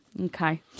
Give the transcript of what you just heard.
Okay